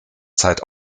zeit